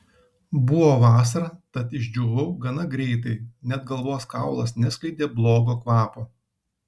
buvo vasara tad išdžiūvau gana greitai net galvos kaulas neskleidė blogo kvapo